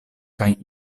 kaj